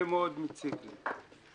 זה מאוד מציק לי.